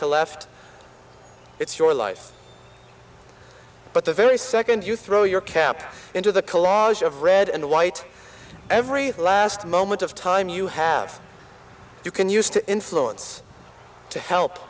to left it's your life but the very second you throw your cap into the collage of red and white every last moment of time you have you can use to influence to help